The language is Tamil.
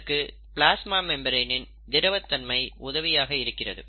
இதற்கு பிளாஸ்மா மெம்பரேனின் திரவத் தன்மை உதவியாக இருக்கிறது